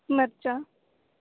ਮਿਰਚਾਂ